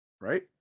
Right